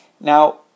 Now